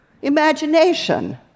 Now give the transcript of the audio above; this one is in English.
imagination